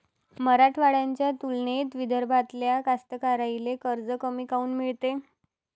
मराठवाड्याच्या तुलनेत विदर्भातल्या कास्तकाराइले कर्ज कमी काऊन मिळते?